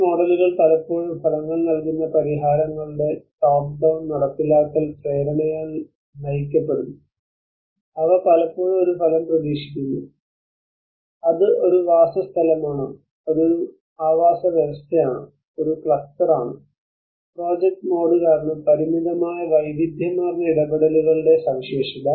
ഈ മോഡലുകൾ പലപ്പോഴും ഫലങ്ങൾ നൽകുന്ന പരിഹാരങ്ങളുടെ ടോപ്പ് ഡൌൺ നടപ്പിലാക്കൽ പ്രേരണയാൽ നയിക്കപ്പെടുന്നു അവ പലപ്പോഴും ഒരു ഫലം പ്രതീക്ഷിക്കുന്നു അത് ഒരു വാസസ്ഥലമാണോ അത് ഒരു ആവാസവ്യവസ്ഥയാണോ ഒരു ക്ലസ്റ്ററാണോ പ്രോജക്റ്റ് മോഡ് കാരണം പരിമിതമായ വൈവിധ്യമാർന്ന ഇടപെടലുകളുടെസവിശേഷത